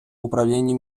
управлінні